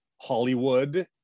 hollywood